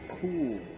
cool